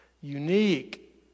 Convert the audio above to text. unique